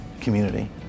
community